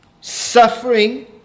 suffering